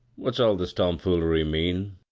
what's all this tom foolery mean?